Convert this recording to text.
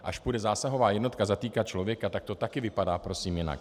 Až půjde zásahová jednotka zatýkat člověka, tak to taky vypadá prosím jinak.